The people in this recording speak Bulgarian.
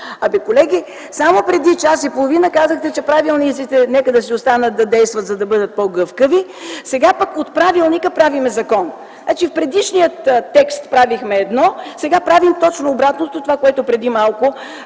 Колеги, само преди час и половина казахте: нека правилниците да си останат да действат, за да бъдат по-гъвкави, сега пък от правилника правим закон. В предишния текст правихме едно, сега правим точно обратното – това, което преди малко